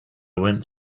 went